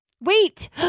Wait